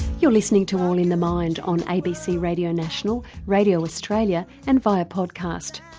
you're listening to all in the mind on abc radio national, radio australia and via podcast.